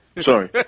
Sorry